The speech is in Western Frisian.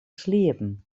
sliepen